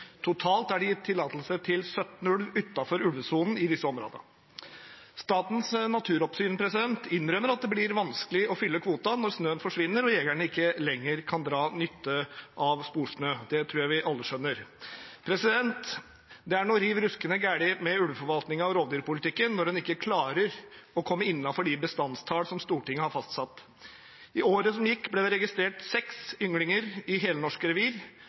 Totalt er det gitt tillatelse til 17 ulv utenfor ulvesonen i disse områdene. Statens naturoppsyn innrømmer at det blir vanskelig å fylle kvoten når snøen forsvinner og jegerne ikke lenger kan dra nytte av sporsnø. Det tror jeg vi alle skjønner. Det er noe riv ruskende galt med ulveforvaltningen og rovdyrpolitikken når en ikke klarer å komme innenfor de bestandstall som Stortinget har fastsatt. I året som gikk, ble det registrert seks ynglinger i helnorske revir,